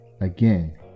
again